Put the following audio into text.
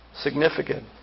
significant